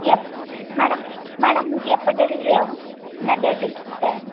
எப் madam madam எப்போ delivery ஆகும் என்ன டேட்டு டைம்